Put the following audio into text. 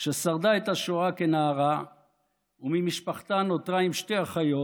ששרדה את השואה כנערה וממשפחתה נותרה עם שתי אחיות,